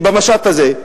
במשט הזה,